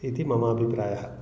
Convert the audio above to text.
इति मम अभिप्रायः